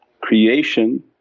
creation